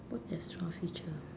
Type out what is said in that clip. what extra feature